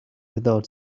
without